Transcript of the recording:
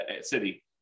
city